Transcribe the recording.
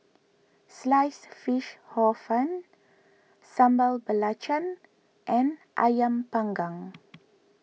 Sliced Fish Hor Fun Sambal Belacan and Ayam Panggang